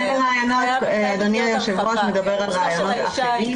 אדוני היושב-ראש מדבר על רעיונות אחרים,